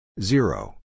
Zero